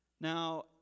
Now